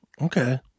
Okay